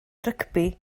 rygbi